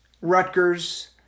Rutgers